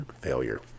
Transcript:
failure